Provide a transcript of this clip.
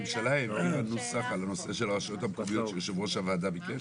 הממשלה לא נוסח על הנושא של הרשויות המקומיות שיושב ראש הוועדה ביקש?